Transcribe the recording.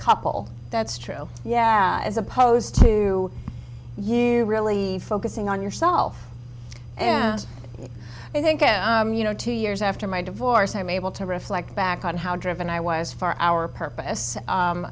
couple that's true yeah as opposed to you really focusing on yourself and i think you know two years after my divorce i'm able to reflect back on how driven i was for our purpose